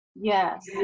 Yes